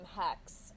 Hex